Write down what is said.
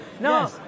No